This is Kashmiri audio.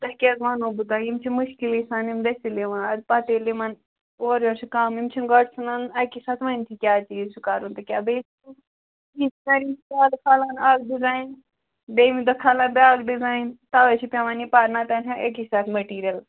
تۄہہِ کِہٲزِ وَنو بہٕ تۄہہِ یِم چھِ مُشکِلٕے سان یِم دٔست پَتہٕ ییٚلہِ یِمَن اورٕ یورٕ چھِ کَم یِم چھِنہٕ گۄڈٕ ژھٕنان اَکی ساتہٕ وَنۍ تہِ کیٛاہ چیٖز چھُ کَرُن تہٕ کیٛاہ بیٚیہِ کھَلان اَکھ ڈِزایِن بیٚیہِ دۄہ کھلا بیاکھ ڈِزایِن تَوَے چھِ پٮ۪وان یہِ پَرناوہا أکی ساتہٕ مٔٹیٖریَل